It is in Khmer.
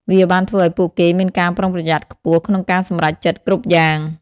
វាបានធ្វើឱ្យពួកគេមានការប្រុងប្រយ័ត្នខ្ពស់ក្នុងការសម្រេចចិត្តគ្រប់យ៉ាង។